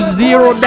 zero